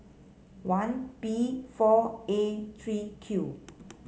one P four A three Q